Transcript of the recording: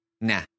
nah